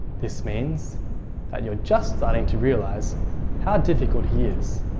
this means that you are just starting to realise how difficult he is,